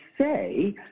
say